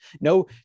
No